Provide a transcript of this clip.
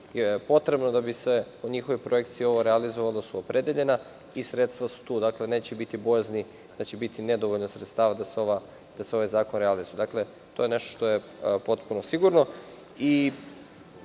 potrebno da bi se po njihovoj projekciji ovo realizovalo. Sredstva su opredeljena i tu su. Dakle, neće biti bojazni da će biti nedovoljno sredstava da se ovaj zakon realizuje. Dakle, to je nešto što je potpuno sigurno. Svakako